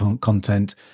content